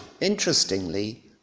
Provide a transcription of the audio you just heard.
Interestingly